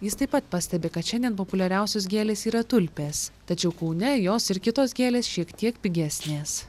jis taip pat pastebi kad šiandien populiariausios gėlės yra tulpės tačiau kaune jos ir kitos gėlės šiek tiek pigesnės